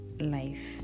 life